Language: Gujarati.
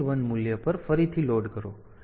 TL 1 મૂલ્ય પર ફરીથી લોડ કરો